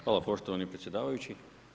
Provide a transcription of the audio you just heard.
Hvala poštovani predsjedavajući.